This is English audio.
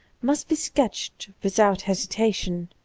must be sketched without hesitation.